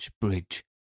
bridge